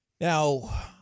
Now